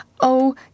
Oh